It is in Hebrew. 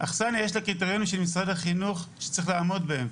אכסנייה יש לה קריטריונים של משרד החינוך שבהם צריך לעמוד.